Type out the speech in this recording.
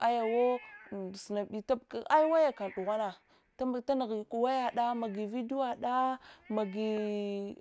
Ayawo sunumbetuba ai wayakam dughuwanga tumbu tunughetu wayede magi video wada magi